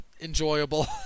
enjoyable